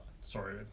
Sorry